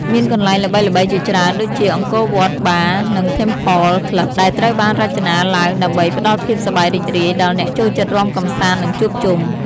មានកន្លែងល្បីៗជាច្រើនដូចជា អង្គរវត្ត បារ និង ធេមផល ក្លឹប (Temple Club) ដែលត្រូវបានរចនាឡើងដើម្បីផ្តល់ភាពសប្បាយរីករាយដល់អ្នកចូលចិត្តរាំកម្សាន្ត និងជួបជុំ ។